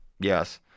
yes